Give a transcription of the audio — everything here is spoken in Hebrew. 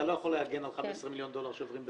אתם לא רוצים לקדם את ההצעה?